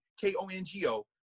K-O-N-G-O